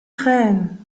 tränen